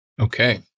Okay